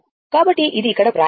కాబట్టి అది ఇక్కడ వ్రాయబడింది